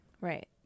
Right